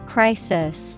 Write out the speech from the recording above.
Crisis